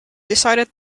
decided